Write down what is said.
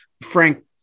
Frank